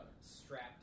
strapped